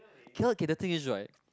K_L K the thing is right